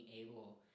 able